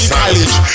college